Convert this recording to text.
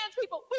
people